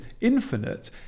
infinite